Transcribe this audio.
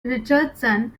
richardson